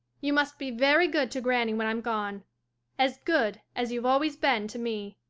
you must be very good to granny when i'm gone as good as you've always been to me.